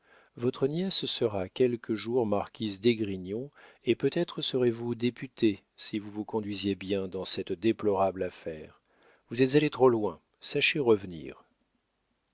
votre nièce sera quelque jour marquise d'esgrignon et peut-être serez-vous député si vous vous conduisez bien dans cette déplorable affaire vous êtes allé trop loin sachez revenir